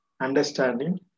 understanding